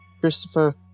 Christopher